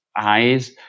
eyes